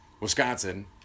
Wisconsin